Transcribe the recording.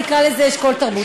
אני אקרא לזה אשכול תרבות.